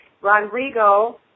Rodrigo